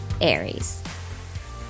Aries